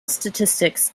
statistics